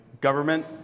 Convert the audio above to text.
government